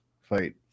fight